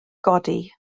godi